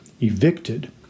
evicted